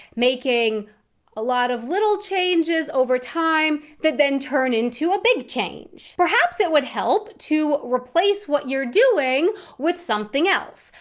making a lot of little changes over time, that then turn into a big change. perhaps it would help to replace what you're doing with something else.